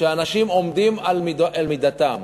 כשאנשים עומדים על מידתם.